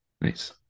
Nice